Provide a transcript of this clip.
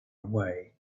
away